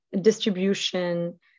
distribution